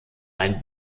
ein